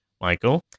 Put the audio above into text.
Michael